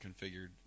configured